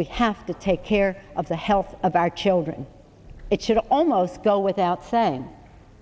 we have to take care of the health of our children it should almost go without saying